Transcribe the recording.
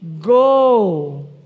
Go